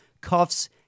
cuffs